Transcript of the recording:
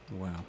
Wow